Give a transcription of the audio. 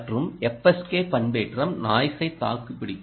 மற்றும் FSK பண்பேற்றம் நாய்ஸைத் தாக்குபிடிக்கும்